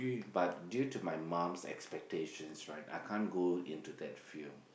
but due to my mum's expectations right I can't go into that field